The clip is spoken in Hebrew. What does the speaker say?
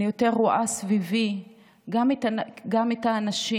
אני יותר רואה סביבי גם את האנשים